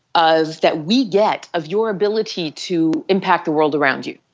of that we get of your ability to impact the world around you.